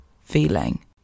feeling